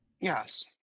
Yes